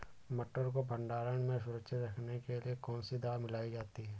मटर को भंडारण में सुरक्षित रखने के लिए कौन सी दवा मिलाई जाती है?